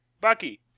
Bucky